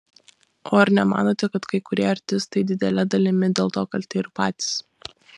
o ar nemanote kad kai kurie artistai didele dalimi dėl to kalti ir patys